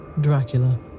Dracula